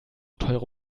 teure